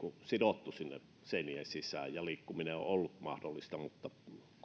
sidottu sinne seinien sisään ja liikkuminen on ollut mahdollista mutta